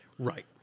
Right